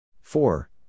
four